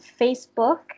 Facebook